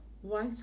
white